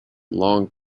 long